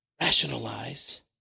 rationalize